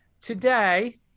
today